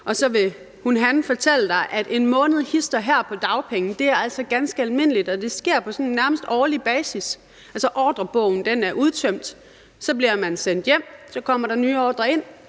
og så vil hun/han fortælle, at en måned hist og her på dagpenge er ganske almindeligt, og at det nærmest sker på årlig basis, fordi ordrebogen er udtømt. Så bliver man sendt hjem, så kommer der nye ordrer ind,